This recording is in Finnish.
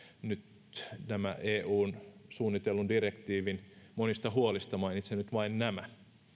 nyt näistä eun suunnitellun direktiivin monista huolista mainitsen vain nämä